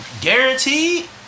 guaranteed